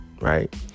right